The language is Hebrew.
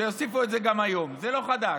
שיוסיפו את זה גם היום, זה לא חדש.